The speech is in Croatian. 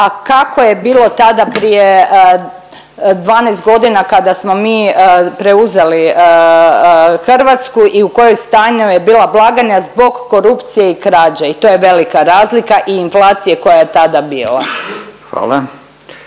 a kako je bilo tada prije 12 godina kada smo mi preuzeli Hrvatsku i u kojem stanju je bila blagajna zbog korupcije i krađe i to je velika razlika i inflacije koja je tada bila.